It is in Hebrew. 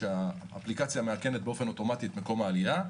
שהאפליקציה מאכנת באופן אוטומטי את מקום העלייה,